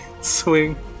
swing